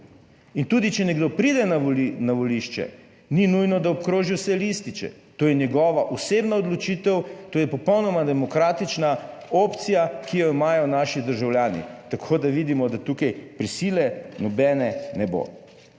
In tudi če nekdo pride na volišče, ni nujno, da obkroži vse lističe, to je njegova osebna odločitev, to je popolnoma demokratična opcija, ki jo imajo naši državljani, tako da vidimo, da tukaj prisile nobene ne bo.